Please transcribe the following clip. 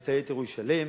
ואת היתר הוא ישלם,